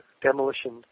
demolition